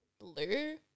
blue